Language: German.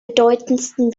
bedeutendsten